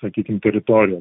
sakykim teritorija